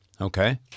Okay